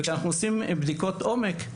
וכשאנחנו עושים בדיקות עומק,